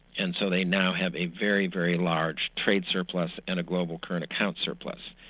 and so they now have a very, very large trade surplus and a global current account surplus.